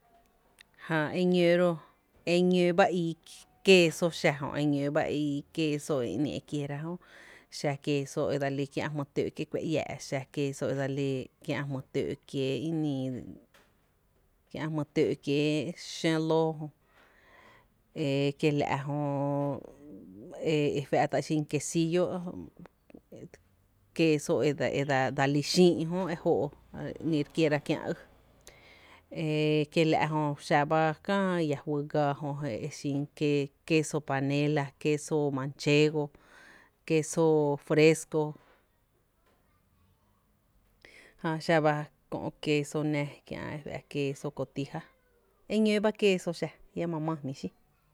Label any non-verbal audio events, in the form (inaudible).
Jää e ñóó ro (hesitation) e ñóó ba ii quesó xa jö, e ñoo ba ii queso e ‘nii’ e kiera jö, xa quesso e dseli kiä’ jmy tǿǿ’ kiee’ kuⱥ iⱥⱥ’, kiä jmy tǿǿ’ kiee’ i nii, kiä jmy tǿǿ’ kiee’ xǿǿ lóó e kielaa’ jö e (hesitation) e faⱥ’ ta’ e xin quesillo jö queros e dsa li xïï’ jö e joo’ re kiera kiä’ ý, e kiela’ jö xa ba kää fyy ga jö e xin queso panela, queso manchego, queso fresco, jää xa ba queso nⱥⱥ, kiä’ queso Cotija, e ñoo ba queso xa, jiⱥ ma maa jmí’ xin.